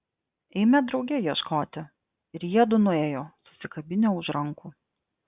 eime drauge ieškoti ir jiedu nuėjo susikabinę už rankų